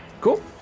cool